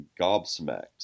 gobsmacked